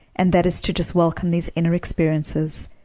and that is to just welcome these inner experiences,